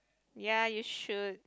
ya you should